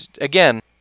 again